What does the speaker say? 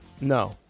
No